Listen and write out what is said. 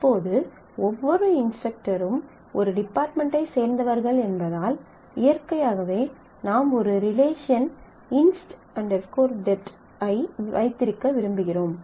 இப்போது ஒவ்வொரு இன்ஸ்டரக்டரும் ஒரு டிபார்ட்மென்டைச் சேர்ந்தவர்கள் என்பதால் இயற்கையாகவே நாம் ஒரு relation inst dept inst dept ஐ வைத்திருக்க விரும்புகிறோம்